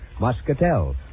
muscatel